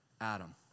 Adam